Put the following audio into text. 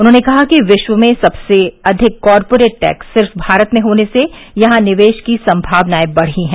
उन्होंने कहा कि विश्व में सबसे अधिक कॉरपोरेट टैक्स सिर्फ भारत में होने से यहां निवेश की सम्मावनाए बढ़ी हैं